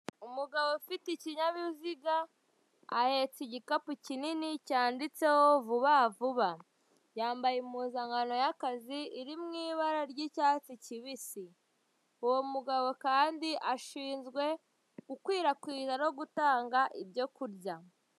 Umugabo ufite ikinyabiziga ahetse igikapu kinini cyanditseho vuba vuba, yambaye impuzankano y'akazi iri mu ibara ry'icyatsi kibisi, uwo mugabo kandi ashinzwe gukwirakwiza no gutanga ibyo kurya.